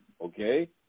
okay